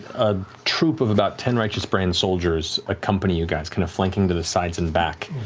a troop of about ten righteous brand soldiers accompany you guys, kind of flanking to the sides and back.